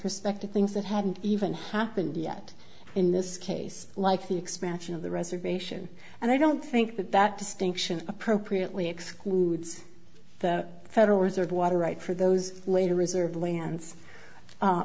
respect to things that hadn't even happened yet in this case like the expansion of the reservation and i don't think that that distinction appropriately excludes federal reserve water right for those later reserve lan